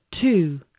two